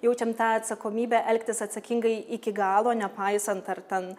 jaučiam tą atsakomybę elgtis atsakingai iki galo nepaisant ar ten